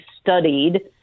studied